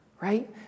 Right